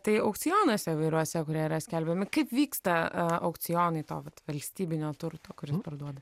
tai aukcionuose įvairiuose kurie yra skelbiami kaip vyksta aukcionai to vat valstybinio turto kuris parduodamas